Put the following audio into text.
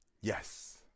yes